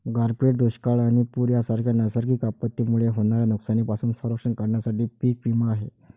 गारपीट, दुष्काळ आणि पूर यांसारख्या नैसर्गिक आपत्तींमुळे होणाऱ्या नुकसानीपासून संरक्षण करण्यासाठी पीक विमा आहे